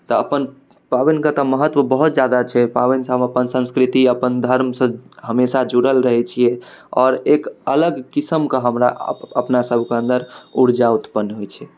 तऽ अपन पाबनिके तऽ महत्व बहुत जादा छै पाबनिसँ हम अपन संस्कृति अपन धर्मसँ हमेशा जुड़ल रहै छिए आओर एक अलग किसिमके हमरा अपनासभके अन्दर उर्जा उत्पन्न होइ छै